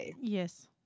Yes